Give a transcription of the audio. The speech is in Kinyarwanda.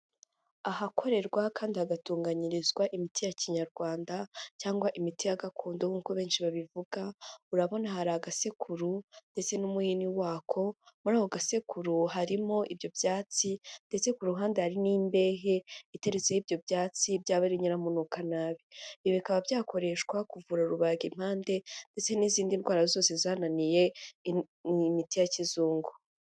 Ahakorerwa kandi hagatunganyirizwa imiti ya kinyarwanda cyangwa imiti ya gakondo nkuko benshi babivuga, urabona hari agasekuru ndetse n'umuhini wako, muri ako gasekuru harimo ibyo byatsi ndetse ku ruhande hari n'imbehe iteretseho ibyo byatsi byaba ari nyiramunukanabi, ibi bikaba byakoreshwa kuvura rubagimpande ndetse n'izindi ndwara zose zananiye imiti ya kizungu.